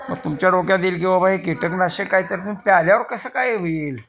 मग तुमच्या डोक्यात येईल की बाबा हे कीटकनाशक काय तर त् प्याल्यावर कसं काय होईल